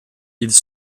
ils